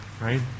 right